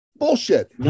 Bullshit